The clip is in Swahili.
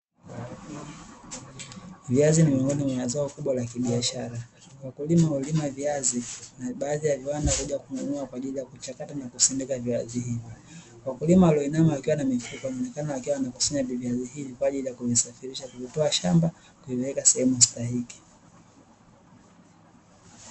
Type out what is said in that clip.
Viazi ni miongoni mwa zao kubwa la kibiashara. Wakulima hulima viazi na baadhi ya viwanda kuja kununua kwa ajili ya kuchakata na kusindika viazi hivyo. Wakulima walio inama wakiwa na mifuko wameonekana wakiwa wanakusanya viazi hivi kwa ajili ya kuvisafirisha kuvitoa shamba kuviweka sehemu stahiki.